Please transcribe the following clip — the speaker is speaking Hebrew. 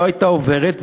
לא הייתה עוברת,